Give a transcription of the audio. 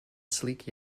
sleek